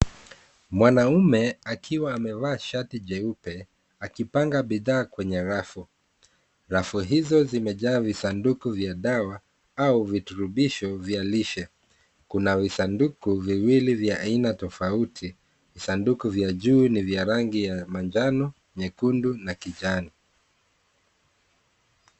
Mwanaume akiwa amevaa shati jeupe akipanga bidhaa kwenye rafu. Rafu hizo zimejaa visanduku vya dawa au virutubisho vya lishe. Kuna visanduku viwili vya aina tofauti, visanduku vya juu ni vya rangi ya manjano, nyekundu na kijani.